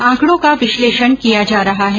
आंकड़ों का विश्लेषण किया जा रहा है